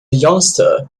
youngster